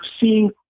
seeing